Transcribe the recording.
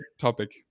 topic